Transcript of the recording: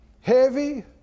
heavy